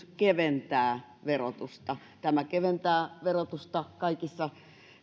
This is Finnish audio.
keventää verotusta tämä keventää verotusta kaikissa